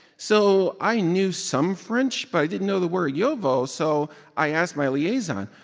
so i knew some french, but i didn't know the word yovo. so i asked my liaison,